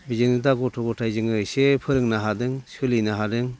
बेजोंनो दा गथ' गथाइ जोङो एसे फोरोंनो हादों सोलिनो हादों